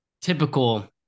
typical